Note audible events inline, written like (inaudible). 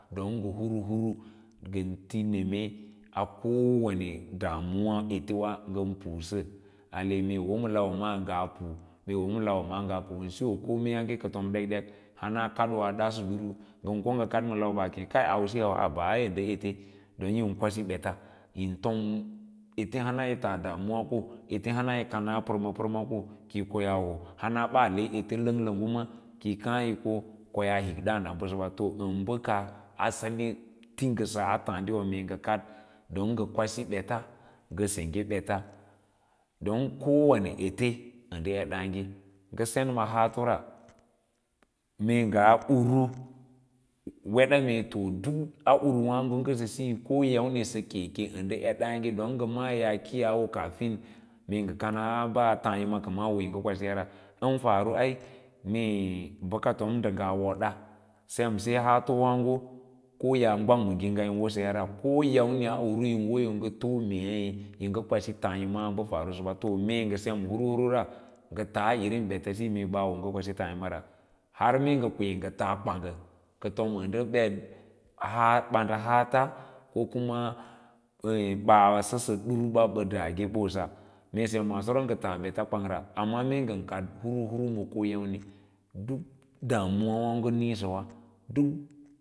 Ton nga nga huru huru ngan ti nene a kowane damuwa ere iva nga nousa ale mee yii wo ma lawa maa ngaa pu’u mee yiwo lawan maa ngaa p’u kome ya ngu kartom ɗekɗel hana kadoo a daaso duru nga ko nga kad ma lawa baa kem kai ausira wa ai yi ete don yrim kwasi ɓeta yom tom ete hana yi taa damuwa ke hana yi kanaa parma parma ko kiyi koyaa ho kiyi kaa yi ko ka yaa hik daân a basaba to nda bə kaah asali yi ti nga sa ataadiwa mee nga kwaso beta nga sengye nga sen maa haatora mee nga uru weda mec to duk a wiraago n nga sa siyo le mee ko yamri yi keê nda edaay don kuma yaa kiyaa wo karfiri mee nga kana taâ yəama koma woyi nga kwasiya ra, an faru ai mee baka tom nga woda sem ma ngi nga yin wosaya ra koyamauu a uru yin wo yi nga mei yinga kwasi taa yama ba faru satomee sem huruhurra nga taa irim beta siyi mee woyi nga kwasi taayama ra har mee nga kwe nga taa kwangga ka tom nda bet haato ba, banhaats ko kuma (noise) baa səsə durba ba dage bosa mee sem maasora nga tas beta kwangra amma mee ngan kad hurhur ma koyamni duk dumuwa waago niisəya duk